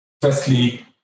firstly